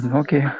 okay